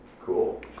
Cool